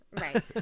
Right